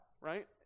Right